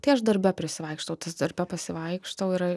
tai aš darbe prisivaikštau tas darbe pasivaikštau yra